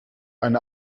eine